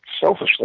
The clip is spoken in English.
selfishly